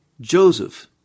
Joseph